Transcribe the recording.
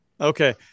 Okay